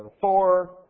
four